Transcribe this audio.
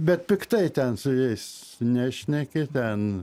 bet piktai ten su jais nešneki ten